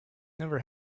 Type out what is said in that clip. never